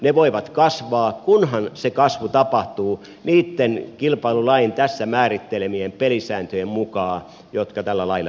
ne voivat kasvaa kunhan se kasvu tapahtuu niitten kilpailulain tässä määrittelemien pelisääntöjen mukaan jotka tällä lailla määritellään